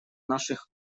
наших